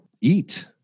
eat